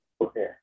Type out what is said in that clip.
okay